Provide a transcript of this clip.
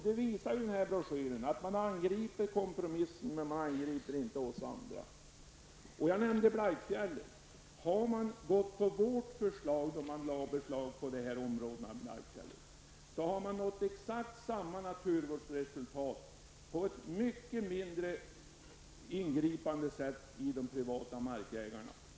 Denna broschyr visar ju att man angriper kompromissen, men inte oss andra. Jag nämnde Blaikfjället som exempel. Om man hade följt vårt förslag när man lade beslag på dessa områden, hade exakt samma naturvårdsresultat uppnåtts på ett mycket mindre ingripande sätt för de privata markägarna.